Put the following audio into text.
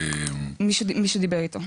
מי שדיבר איתו,